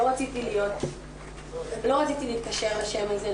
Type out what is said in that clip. לא רציתי להתקשר לשם הזה,